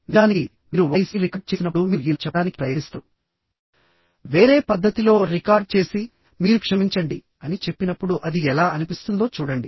నిజానికి మీరు వాయిస్ని రికార్డ్ చేసినప్పుడు మీరు ఇలా చెప్పడానికి ప్రయత్నిస్తారు వేరే పద్ధతిలో రికార్డ్ చేసి మీరు క్షమించండి అని చెప్పినప్పుడు అది ఎలా అనిపిస్తుందో చూడండి